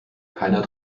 keiner